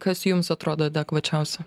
kas jums atrodo adekvačiausia